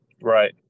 Right